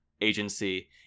agency